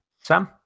Sam